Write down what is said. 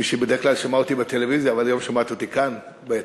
מי שבדרך כלל שמעה אותי בטלוויזיה אבל היום שומעת אותי כאן ביציע,